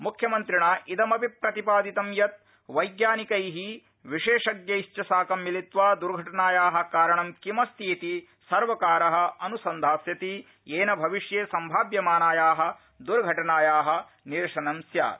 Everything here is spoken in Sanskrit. मुख्यमन्त्रिणा इदमपि प्रतिपादितं यत् वैज्ञानिकै विशेषज्ञेश्च साकं मिलित्वा दर्घटनाया कारणं किमस्ति इति सर्वकार अनुसन्धास्यति येन भविष्ये सम्भाव्यमानाया दुर्घटनाया निरशनं स्यात्